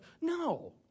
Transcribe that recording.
no